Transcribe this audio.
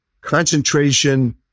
concentration